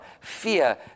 fear